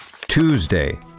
Tuesday